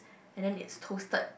and then it's toasted